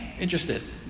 Interested